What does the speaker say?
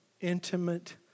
intimate